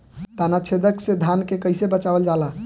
ताना छेदक से धान के कइसे बचावल जाला?